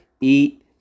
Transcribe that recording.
eat